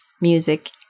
music